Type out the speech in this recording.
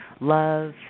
love